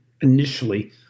initially